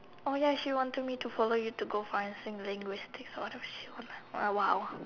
oh ya she want to me to follow you to go find sing language take of the shown I !wow!